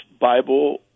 Bible